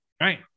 Right